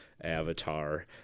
avatar